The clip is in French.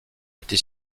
était